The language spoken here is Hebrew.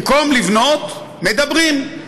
במקום לבנות, מדברים.